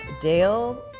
Dale